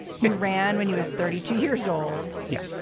he ran when he was thirty two years old. yeah.